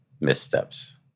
missteps